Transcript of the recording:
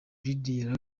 lydia